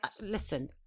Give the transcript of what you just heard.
Listen